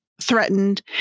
threatened